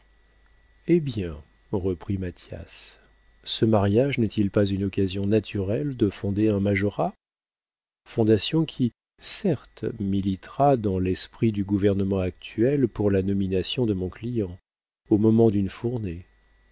eh bien reprit mathias ce mariage n'est-il pas une occasion naturelle de fonder un majorat fondation qui certes militera dans l'esprit du gouvernement actuel pour la nomination de mon client au moment d'une fournée